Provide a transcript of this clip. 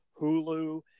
Hulu